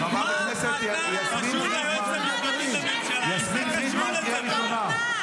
יסמין פרידמן, קריאה ראשונה.